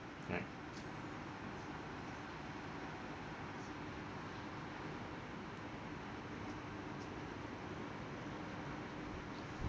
right